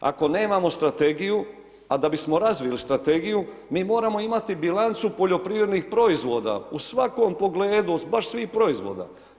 Ako nemamo strategiju, a da bismo razvili strategiju, mi moramo imati bilancu poljoprivrednih proizvoda u svakom pogledu, od baš svih proizvoda.